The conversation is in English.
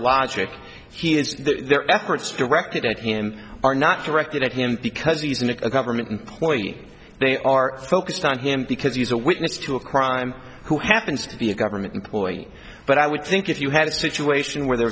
logic he is their efforts directed at him are not directed at him because he's in a complement employee they are focused on him because he's a witness to a crime who happens to be a government employee but i would think if you had a situation where there